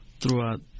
throughout